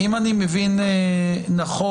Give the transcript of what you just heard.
אם אני מבין נכון,